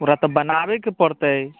ओकरा तऽ बनाबयके पड़तै